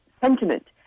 sentiment